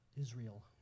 Israel